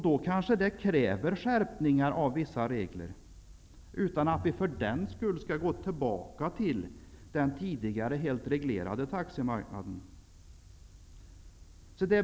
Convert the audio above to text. Då kräver det kanske skärpningar av vissa regler, utan att vi för den skull skall gå tillbaka till den tidigare helt reglerade taximarknaden.